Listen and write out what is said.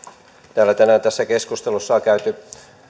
täällä tänään tässä keskustelussa on käytetty